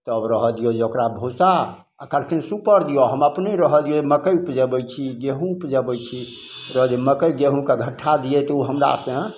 तब रहऽ दियौ जे ओकरा भूसा आओर कहलखिन सुपर दिअ हम अपने रहलियै मकइ उपजबय छी गेहुँ उपजबय छी रहऽ उ हमरा से दियै मकइ गेहुँके झट्ठा दियै तऽ